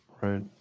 Right